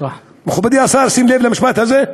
מכובדי השר, שים לב למשפט הזה,